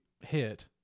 hit